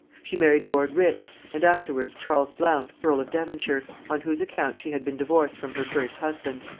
she married lord rich, and afterwards charles blount earl of devonshire, on whose account she had been divorced from her first husband.